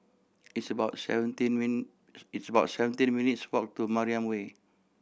it's about seventeen it's about seventeen minutes' walk to Mariam Way